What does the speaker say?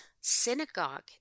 synagogue